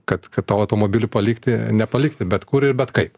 kad kad tą automobilį palikti nepalikti bet kur ir bet kaip